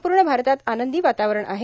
पूर्ण भारतात आनंदी वातावरण आहे